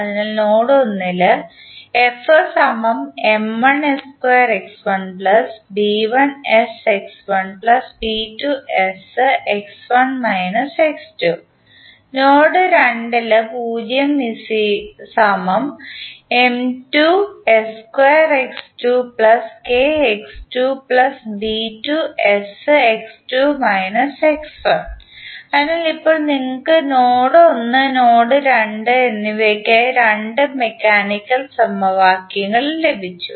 അതിനാൽ നോഡ് 1 ൽ നോഡ് 2 ൽ അതിനാൽ ഇപ്പോൾ നിങ്ങൾക്ക് നോഡ് 1 നോഡ് 2 എന്നിവയ്ക്കായി 2 മെക്കാനിക്കൽ സമവാക്യങ്ങൾ ലഭിച്ചു